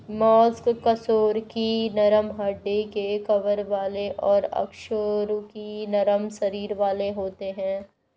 mollusc कशेरुकी नरम हड्डी के कवर वाले और अकशेरुकी नरम शरीर वाले होते हैं